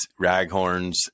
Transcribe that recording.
raghorns